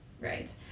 right